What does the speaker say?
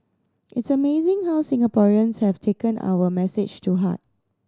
it's amazing how Singaporeans have taken our message to heart